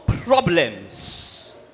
Problems